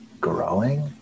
growing